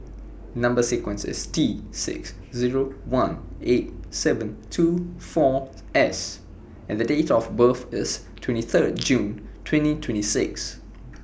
Number sequence IS T six Zero one eight seven two four S and The Date of birth IS twenty Third June twenty twenty six